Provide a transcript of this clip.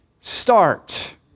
start